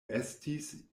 estis